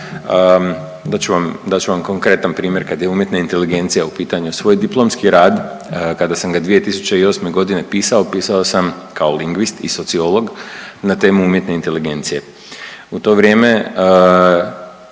dat ću vam konkretan primjer kad je umjetna inteligencija u pitanju. Svoj diplomski rad kada sam ga 2008. godine pisao, pisao sam kao lingvist i sociolog na temu umjetne inteligencije. U to vrijeme,